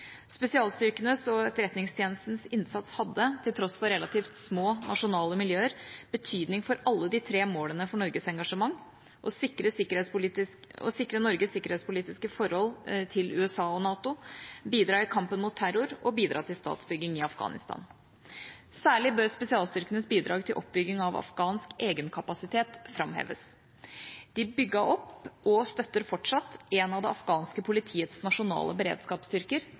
Spesialstyrkenes og Etterretningstjenestens innsats hadde, til tross for relativt små nasjonale miljøer, betydning for alle de tre målene for Norges engasjement: å sikre Norges sikkerhetspolitiske forhold til USA og NATO, bidra i kampen mot terror og bidra til statsbygging i Afghanistan. Særlig bør spesialstyrkenes bidrag til oppbygging av afghansk egenkapasitet framheves. De bygget opp og støtter fortsatt en av det afghanske politiets nasjonale beredskapsstyrker: